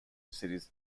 cities